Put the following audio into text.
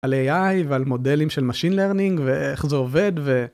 על AI ועל מודלים של Machine Learning ואיך זה עובד ו...